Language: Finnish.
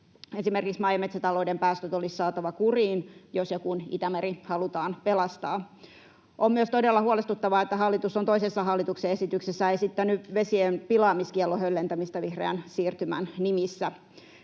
Esimerkiksi maa- ja metsätalouden päästöt olisi saatava kuriin, jos ja kun Itämeri halutaan pelastaa. On myös todella huolestuttavaa, että hallitus on toisessa hallituksen esityksessä esittänyt vesien pilaamiskiellon höllentämistä vihreän siirtymän nimissä.